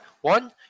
One